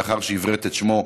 לאחר שעִברת את שמו,